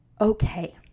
okay